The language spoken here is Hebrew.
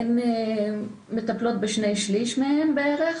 הן מטפלות בשני שליש בערך.